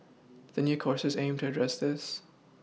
the new courses aim to address this